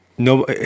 No